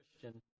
Christian